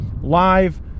live